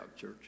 church